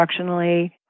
instructionally